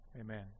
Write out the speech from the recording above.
Amen